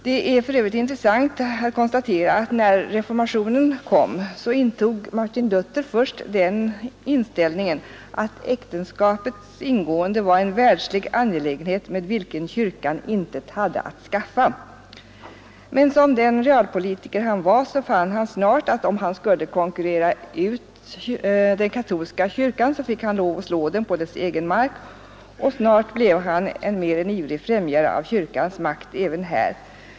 Det är för övrigt intressant att konstatera att när reformationen kom så intog Luther först den hållningen, att äktenskapets ingående var en världslig angelägenhet med vilken kyrkan inte hade att skaffa. Som den realpolitiker han var fann han dock snart att om han skulle kunna konkurrera med den katolska kyrkan fick han lov att slå den på dess egen mark, och snart blev han en mer än ivrig främjare av kyrkans makt även här.